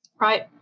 Right